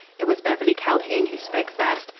it was beverly calhoun who spoke first.